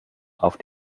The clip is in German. auf